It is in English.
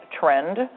trend